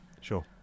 Sure